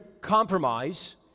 compromise